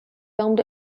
filmed